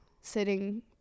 sitting